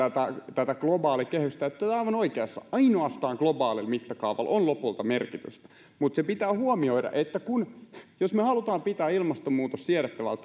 tätä globaalikehystä olette aivan oikeassa ainoastaan globaalilla mittakaavalla on lopulta merkitystä mutta se pitää huomioida että jos me haluamme pitää ilmastonmuutoksen siedettävällä